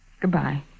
Goodbye